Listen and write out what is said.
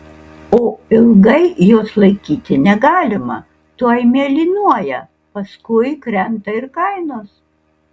o ilgai jos laikyti negalima tuoj mėlynuoja paskui krenta ir kainos